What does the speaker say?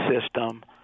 system